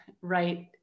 right